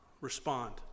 respond